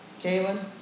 Kaylin